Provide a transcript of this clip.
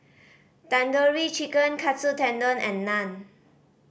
Tandoori Chicken Katsu Tendon and Naan